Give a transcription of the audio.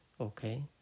Okay